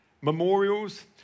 memorials